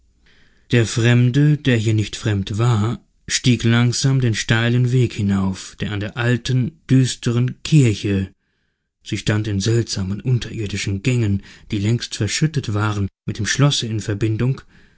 der fremde der hier nicht fremd war stieg langsam den steilen weg hinauf der an der alten düsteren kirche sie stand in seltsamen unterirdischen gängen die längst verschüttet waren mit dem schlosse in verbindung zu